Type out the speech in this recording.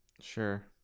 Sure